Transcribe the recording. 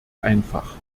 einfach